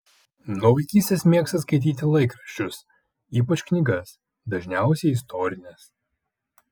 nuo vaikystės mėgsta skaityti laikraščius ypač knygas dažniausiai istorines